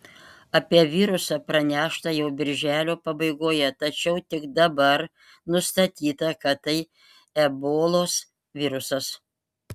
apie virusą pranešta jau birželio pabaigoje tačiau tik dabar nustatyta kad tai ebolos virusas